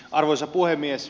arvoisa puhemies